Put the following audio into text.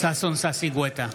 ששון ששי גואטה,